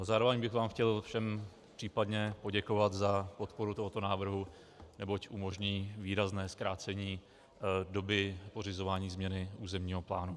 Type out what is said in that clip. Zároveň bych vám chtěl všem případně poděkovat za podporu tohoto návrhu, neboť umožní výrazné zkrácení doby pořizování změny územního plánu.